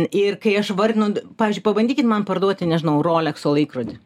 ir kai aš vardinu pavyzdžiui pabandykit man parduoti nežinau rolekso laikrodį